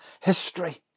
history